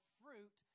fruit